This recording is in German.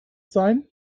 sein